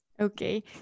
Okay